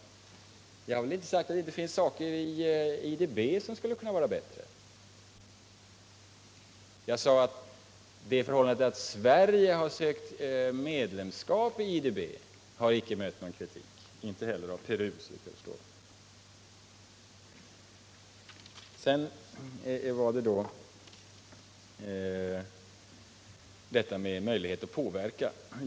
Jag har väl inte sagt att det inte finns saker inom IDB som skulle kunna vara bättre. Jag sade att det förhållandet att Sverige har sökt medlemskap i IDB icke har mött kritik från något håll, såvitt jag förstår inte heller från Peru. Sedan ett par ord om möjligheterna att påverka utformningen av bankens politik.